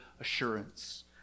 assurance